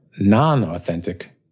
non-authentic